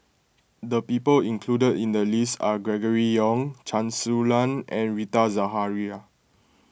the people included in the list are Gregory Yong Chen Su Lan and Rita Zahara